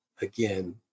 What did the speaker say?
again